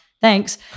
Thanks